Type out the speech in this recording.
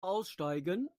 aussteigen